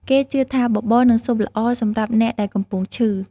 គេជឿថា បបរ និងស៊ុបល្អសម្រាប់អ្នកដែលកំពុងឈឺ។